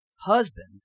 husband